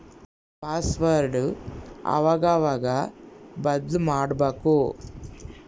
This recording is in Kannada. ಪಾಸ್ವರ್ಡ್ ಅವಾಗವಾಗ ಬದ್ಲುಮಾಡ್ಬಕು